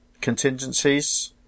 Contingencies